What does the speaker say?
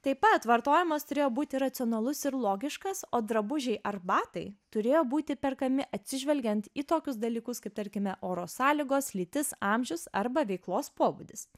taip pat vartojimas turėjo būti racionalus ir logiškas o drabužiai ar batai turėjo būti perkami atsižvelgiant į tokius dalykus kaip tarkime oro sąlygos lytis amžius arba veiklos pobūdis